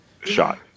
shot